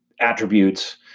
attributes